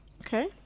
Okay